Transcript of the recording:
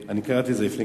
שלך,